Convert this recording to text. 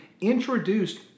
introduced